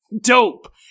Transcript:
dope